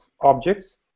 objects